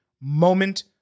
moment